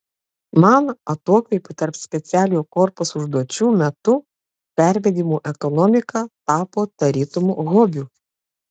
man atokvėpių tarp specialiojo korpuso užduočių metu pervedimų ekonomika tapo tarytum hobiu